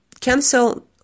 cancel